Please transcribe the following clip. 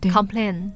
Complain